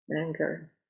anger